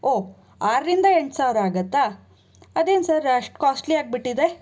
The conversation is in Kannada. ಓ ಆರರಿಂದ ಎಂಟು ಸಾವಿರ ಆಗತ್ತಾ ಅದೇನು ಸರ್ ಅಷ್ಟು ಕಾಸ್ಟ್ಲಿ ಆಗಿಬಿಟ್ಟಿದೆ